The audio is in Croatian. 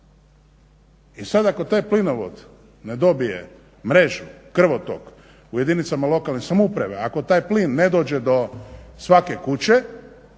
I sad ako taj plinovod ne dobije mrežu, krvotok u jedinicama lokalne samouprave, ako taj plin ne dođe do svake kuće,